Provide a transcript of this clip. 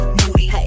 moody